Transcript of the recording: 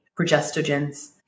progestogens